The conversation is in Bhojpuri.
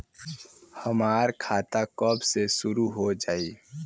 हमार खाता कब से शूरू हो जाई?